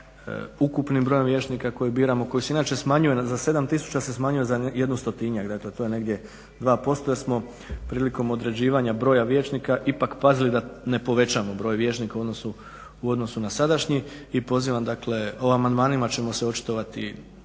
ukupnim brojem vijećnika koje biramo, koji se inače smanjuje, za 7 tisuća se smanjuje za jedno stotinjak, dakle to je negdje 2%, jer smo prilikom određivanja broja vijećnika ipak pazili da ne povećamo broj vijećnika u odnosu na sadašnji, i pozivam dakle. O amandmanima ćemo se očitovati